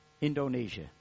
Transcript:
Indonesia